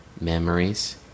Memories